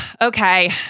Okay